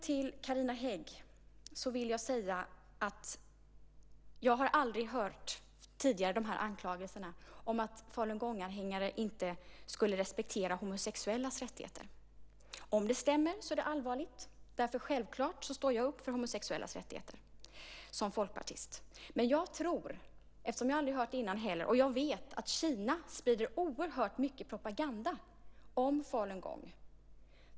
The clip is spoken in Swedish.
Till Carina Hägg vill jag säga att jag aldrig tidigare hört anklagelserna om att falungonganhängare inte skulle respektera homosexuellas rättigheter. Om det stämmer är det allvarligt. Självklart står jag som folkpartist upp för de homosexuellas rättigheter. Jag vet att Kina sprider oerhört mycket propaganda om falungong.